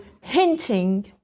hinting